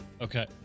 okay